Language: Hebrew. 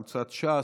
קבוצת סיעת ש"ס,